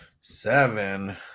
seven